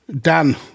Dan